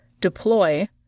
deploy